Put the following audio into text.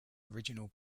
original